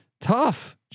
Tough